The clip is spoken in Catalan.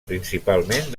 principalment